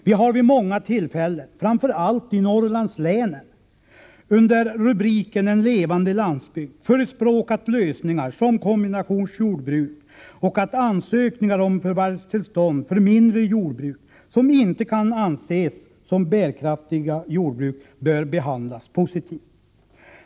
Vi har vid många tillfällen, framför allt i Norrlandslänen, under rubriken En levande landsbygd förespråkat lösningar som kombinationsjordbruk och att ansökningar om förvärvstillstånd för mindre jordbruk, som inte kan anses som bärkraftiga, bör behandlas positivt.